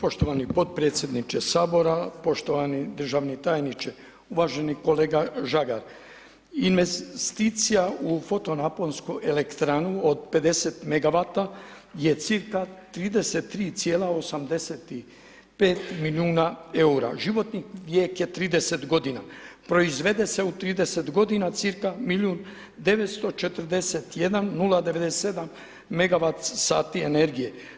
Poštovani potpredsjedniče Sabora, poštovani državni tajniče, uvaženi kolega Žagar, investicija u fotonaponsku elektranu od 50 megawata je cirka 33,85 milijuna eura, životni vijek je 30 g. proizvede se u 30 g. u cca. milijun 941097 megawat sati energije.